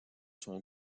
son